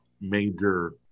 major